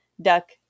duck